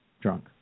drunk